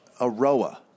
Aroa